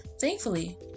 Thankfully